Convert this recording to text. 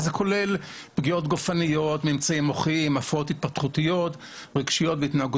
לנשים שונות יש כמויות שונות של אנזים המפרק את האלכוהול.